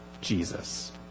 Jesus